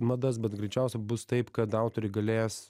madas bet greičiausia bus taip kad autoriai galės